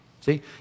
See